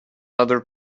other